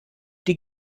die